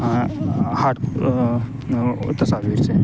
hard تصاویر سے